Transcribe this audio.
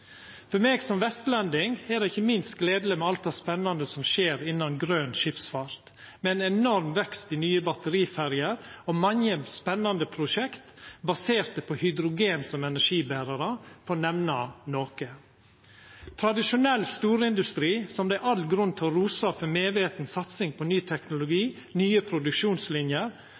For meg som vestlending er det ikkje minst gledeleg med alt det spennande som skjer innan grøn skipsfart, med ein enorm vekst i nye batteriferjer og mange spennande prosjekt baserte på hydrogen som energiberarar, for å nemna noko. Tradisjonell storindustri, som det er all grunn til å rosa for medveten satsing på ny teknologi, nye produksjonslinjer,